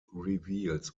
reveals